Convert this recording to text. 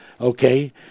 Okay